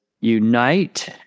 Unite